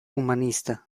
humanista